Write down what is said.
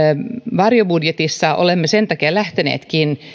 varjobudjetissa olemmekin sen takia lähteneet